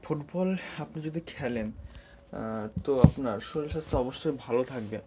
football আপনি যদি খেলেন তো আপনার শরীর স্বাস্থ্য অবশ্যই ভালো থাকবে